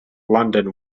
london